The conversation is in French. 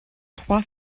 trois